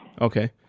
Okay